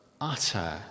utter